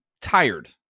tired